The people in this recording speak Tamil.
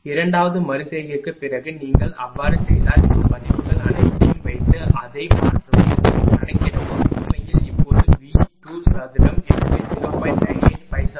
இரண்டாவது மறு செய்கைக்குப் பிறகு நீங்கள் அவ்வாறு செய்தால் இந்த மதிப்புகள் அனைத்தையும் வைத்து அதை மாற்றவும் கணக்கிடவும் உண்மையில் இப்போது V 2 சதுரம் எனவே 0